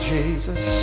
Jesus